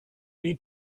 need